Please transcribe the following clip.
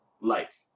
life